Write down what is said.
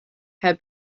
had